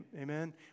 Amen